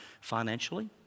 financially